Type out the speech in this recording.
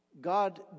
God